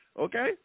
okay